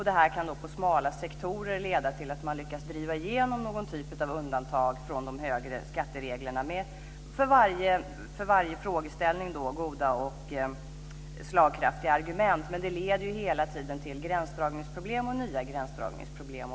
Det här kan då leda till att man i smala sektorer lyckas driva igenom någon typ av undantag från de här reglerna om de högre skatterna, med goda och slagkraftiga argument för varje frågeställning. Men det leder hela tiden till ytterligare nya gränsdragningsproblem.